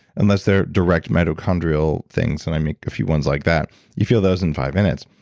unless they're direct mitochondrial things and i make a few ones like that you feel those in five minutes,